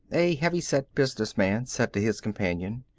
a heavy-set business man said to his companion.